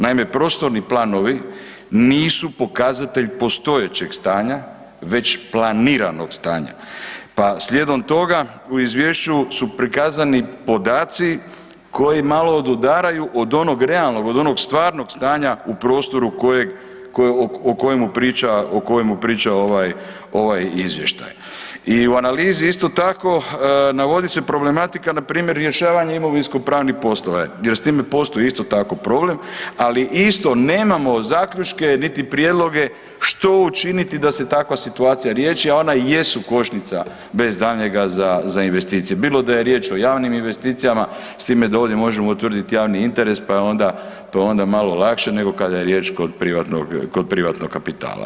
Naime, prostorni planovi nisu pokazatelj postojećeg stanja, već planiranog stanja, pa slijedom toga, u Izvješću su prikazani podaci koji malo odudaraju od onog realnog, od onog stvarnog stanja u prostoru kojeg, o kojemu priča ovaj Izvještaj i u analizi, isto tako, navodi se problematika, npr. rješavanja imovinsko-pravnih poslova jer s time postoje, isto tako problem, ali isto nemamo zaključke niti prijedloge što učiniti da se takva situacija riješi, a ona jesu kočnica, bez daljnjega za investicije, bilo da je riječ o javnim investicijama, s time da ovdje možemo utvrditi javni interes, pa je onda, pa je onda malo lakše nego kada je riječ kod privatnog kapitala.